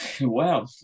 Wow